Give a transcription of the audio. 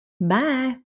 Bye